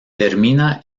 termina